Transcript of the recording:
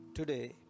Today